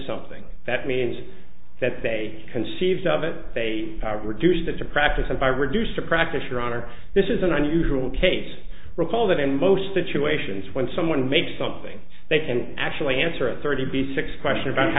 something that means that they conceived of it they reduced it to practice by reduced a practitioner on or this is an unusual case recall that in most situations when someone makes something they can actually answer a thirty six question about how